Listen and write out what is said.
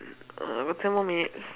about ten more minutes